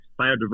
biodiversity